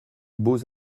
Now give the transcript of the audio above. beaux